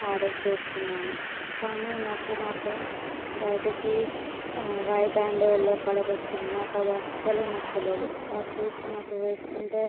order చేసుకున్నాను కానీ నాకు మాత్రం బయటికి వైట్ అండ్ ఎల్లో కలర్ వచ్చింది నాకు అది అసలు నచ్చలేదు ఆ షూస్ నాకు వేసుకుంటే